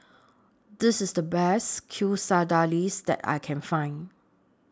This IS The Best Quesadillas that I Can Find